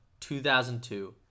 2002